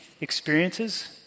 experiences